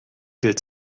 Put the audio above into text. gilt